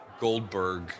goldberg